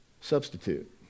substitute